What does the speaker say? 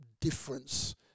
difference